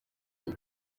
bose